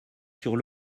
sur